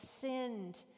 sinned